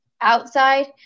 outside